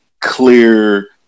clear